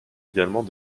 également